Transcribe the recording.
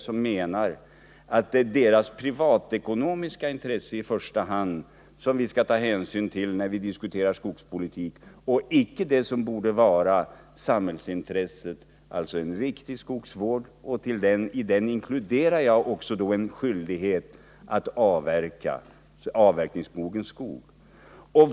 Menar Einar Larsson att det är deras privata ekonomiska intresse vi i första hand skall ta hänsyn till när vi diskuterar skogspolitik och icke samhällsintresset av en riktig skogsvård, i vilken jag inkluderar skyldigheten att avverka avverkningsmogen skog.